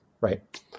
right